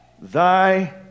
thy